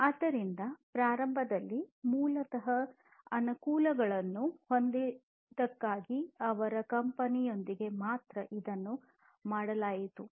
ಆದ್ದರಿಂದ ಪ್ರಾರಂಭದಲ್ಲಿ ಮೂಲತಃ ಅನುಕೂಲಗಳನ್ನು ಹೊಂದಿದ್ದಕ್ಕಾಗಿ ಅವರ ಕಂಪನಿಯೊಳಗೆ ಮಾತ್ರ ಇದನ್ನು ಮಾಡಲಾಯಿತು